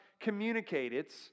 Communicate—it's